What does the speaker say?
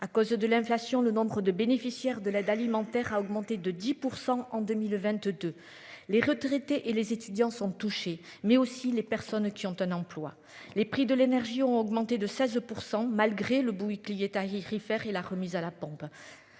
à cause de l'inflation, le nombre de bénéficiaires de l'aide alimentaire a augmenté de 10% en 2022, les retraités et les étudiants sont touchés mais aussi les personnes qui ont un emploi. Les prix de l'énergie ont augmenté de 16%, malgré le bouclier écrit faire et la remise à la pompe.